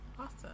awesome